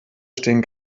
stehen